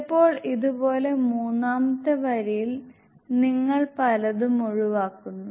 ചിലപ്പോൾ ഇത് പോലെ മൂന്നാമത്തെ വരിയിൽ നിങ്ങൾ പലതും ഒഴിവാക്കുന്നു